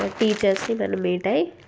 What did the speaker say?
టీచర్స్ని మనం మీట్ అయ్యి